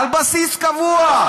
על בסיס קבוע.